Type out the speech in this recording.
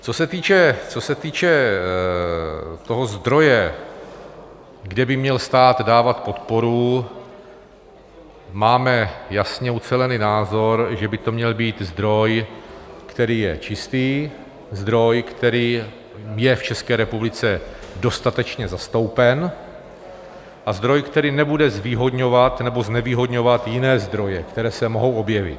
Co se týče toho zdroje, kde by měl stát dávat podporu, máme jasně ucelený názor, že by to měl být zdroj, který je čistý, zdroj, který je v České republice dostatečně zastoupen, a zdroj, který nebude zvýhodňovat nebo znevýhodňovat jiné zdroje, které se mohou objevit.